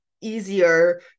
easier